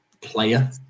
player